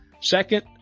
second